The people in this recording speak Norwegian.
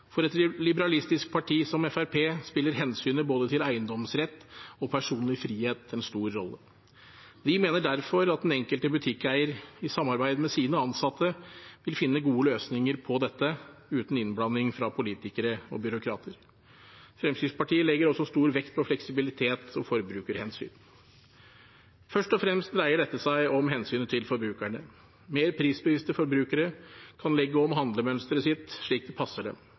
For et liberalistisk parti som Fremskrittspartiet spiller hensynet både til eiendomsretten og til den personlige friheten en stor rolle. Vi mener derfor at den enkelte butikkeier, i samarbeid med sine ansatte, vil finne gode løsninger på dette, uten innblanding fra politikere og byråkrater. Fremskrittspartiet legger også stor vekt på fleksibilitet og forbrukerhensyn. Først og fremst dreier dette seg om hensynet til forbrukerne. Mer prisbevisste forbrukere kan legge om handlemønsteret sitt slik det passer dem.